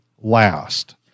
last